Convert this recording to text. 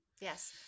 yes